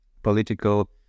political